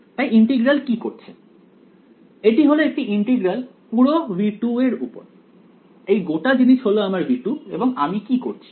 তাই ইন্টিগ্রাল কি করছে এটি হলো একটি ইন্টিগ্রাল পুরো V2 এর উপর এই গোটা জিনিস হল আমার V2 এবং আমি কি করছি